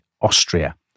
Austria